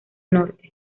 norte